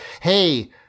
hey